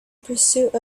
pursuit